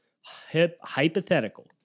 Hypothetical